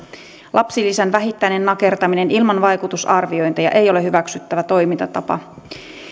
lapsilisän vähittäinen nakertaminen ilman vaikutusarviointeja ei ole hyväksyttävä toimintatapa